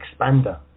expander